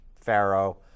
Pharaoh